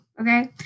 okay